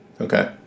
Okay